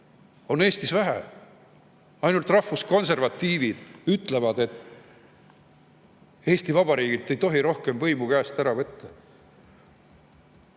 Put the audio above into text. on Eestis vähe. Ainult rahvuskonservatiivid ütlevad, et Eesti Vabariigilt ei tohi rohkem võimu käest ära võtta.